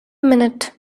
minute